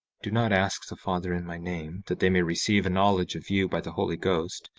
do not ask the father in my name, that they may receive a knowledge of you by the holy ghost,